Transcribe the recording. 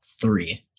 three